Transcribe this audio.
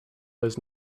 does